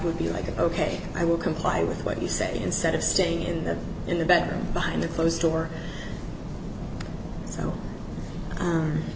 would be like ok i will comply with what you say instead of staying in the in the bed behind the closed door so